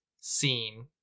scene